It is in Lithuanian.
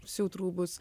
siūt rūbus